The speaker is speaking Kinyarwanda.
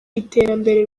iterambere